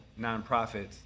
nonprofits